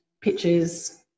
pictures